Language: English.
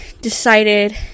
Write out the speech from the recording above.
decided